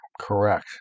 Correct